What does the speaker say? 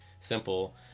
simple